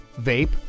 vape